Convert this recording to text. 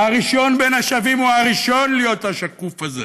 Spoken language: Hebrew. והראשון בין השווים הוא הראשון להיות השקוף הזה.